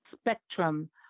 spectrum